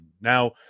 Now